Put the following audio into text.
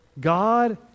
god